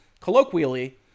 colloquially